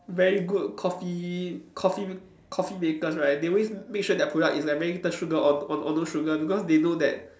very good coffee coffee coffee makers right they always make sure that their product is like very little sugar or or or no sugar because they know that